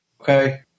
Okay